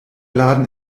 laden